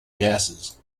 gases